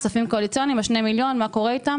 כספים קואליציוניים בסך 2 מיליון שקל מה קורה איתם?